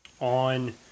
on